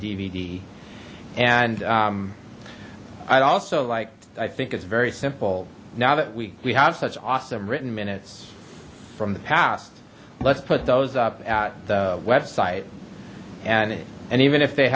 dvd and i'd also like i think it's very simple now that we we have such awesome written minutes from the past let's put those up at the website and and even if they